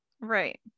right